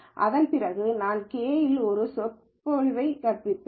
அதன்பிறகு நான் k இல் ஒரு சொற்பொழிவை கற்பிப்பேன்